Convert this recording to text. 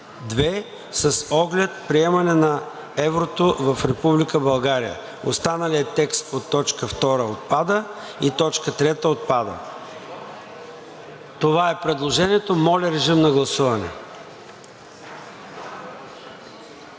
II), с оглед приемане на еврото в Република България.“ Останалият текст от точка втора отпада и точка трета отпада. Това е предложението. Моля, режим на гласуване.